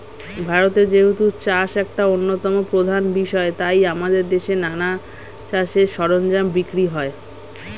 ভারতে যেহেতু চাষ একটা অন্যতম প্রধান বিষয় তাই আমাদের দেশে নানা চাষের সরঞ্জাম বিক্রি হয়